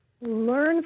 learn